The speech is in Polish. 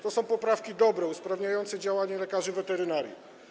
To są poprawki dobre, usprawniające działanie lekarzy weterynarii.